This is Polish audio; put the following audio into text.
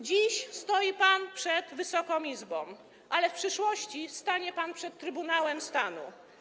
Dziś stoi pan przed Wysoką Izbą, ale w przyszłości stanie pan przed Trybunałem Stanu.